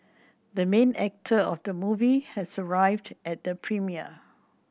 the main actor of the movie has arrived at the premiere